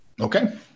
Okay